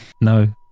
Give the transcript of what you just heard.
No